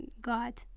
God